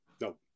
No